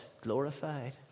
glorified